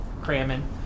cramming